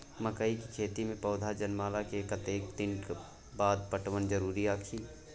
मकई के खेती मे पौधा जनमला के कतेक दिन बाद पटवन जरूरी अछि?